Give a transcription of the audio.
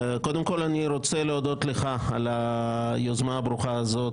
קודם כול אני רוצה להודות לך על היוזמה הברוכה הזאת,